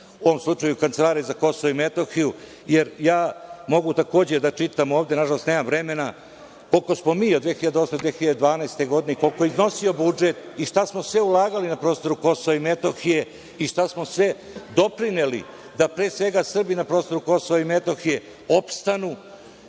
u ovom slučaju Kancelarije za KiM, jer ja mogu takođe da čitam ovde, nažalost nemam vremena, koliko smo mi od 2009. do 2012. godine, koliko je iznosio budžet i šta smo sve ulagali na prostoru KiM i šta smo sve doprineli da, pre svega, Srbi na prostoru KiM, opstanu